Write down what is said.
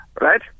right